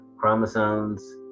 chromosomes